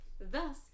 Thus